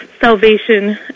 salvation